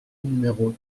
numéro